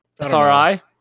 SRI